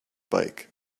bike